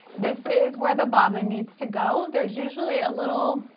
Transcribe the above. this is where the bobbin needs to go there's usually a little